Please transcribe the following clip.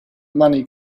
money